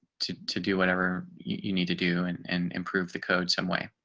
to to do whatever you need to do and and improve the code, some way